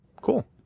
cool